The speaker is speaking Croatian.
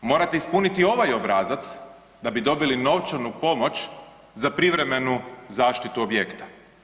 Morate ispuniti ovaj obrazac da bi dobili novčanu pomoć za privremenu zaštitu objekta.